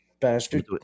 bastard